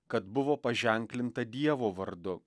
kad buvo paženklinta dievo vardu